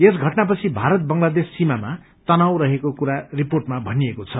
यस घटनापछि भारत बंगलादेश समीमामा तनाव रहेको कुरा रिर्पोटमा भनिएको छ